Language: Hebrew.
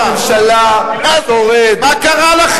מה קרה?